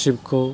trip खौ